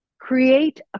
Create